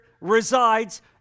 resides